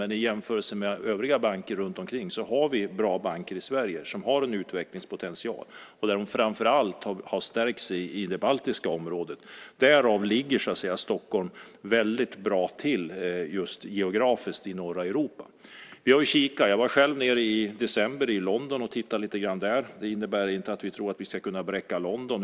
Men i jämförelse med övriga banker runtomkring har vi bra banker i Sverige som har en utvecklingspotential. De har framför allt stärkts i det baltiska området. Därav ligger Stockholm så att säga väldigt bra till geografiskt just i norra Europa. Vi har ju kikat, och jag var själv i december i London och tittade lite grann där. Det innebär inte att vi tror att vi ska kunna bräcka London.